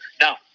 Now